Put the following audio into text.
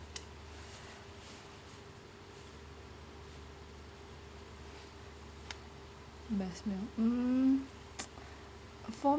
best meal mm